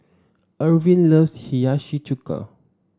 Ervin loves Hiyashi Chuka